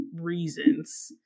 reasons